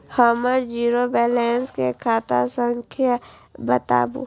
हमर zero balance के खाता संख्या बतबु?